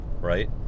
Right